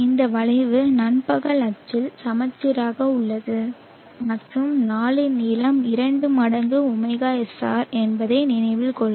இந்த வளைவு நண்பகல் அச்சில் சமச்சீராக உள்ளது மற்றும் நாளின் நீளம் 2 மடங்கு ωSR என்பதை நினைவில் கொள்க